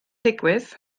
digwydd